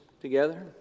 together